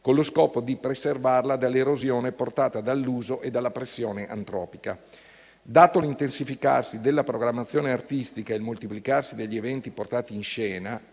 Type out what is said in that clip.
con lo scopo di preservarla dall'erosione portata dall'uso e dalla pressione antropica. Dato l'intensificarsi della programmazione artistica e il moltiplicarsi degli eventi portati in scena